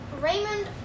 Raymond